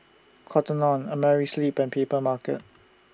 Cotton on Amerisleep and Papermarket